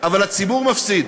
אבל הציבור מפסיד.